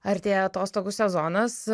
artėja atostogų sezonas